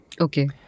okay